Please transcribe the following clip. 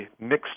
mixed